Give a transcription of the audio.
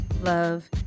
love